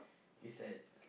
is at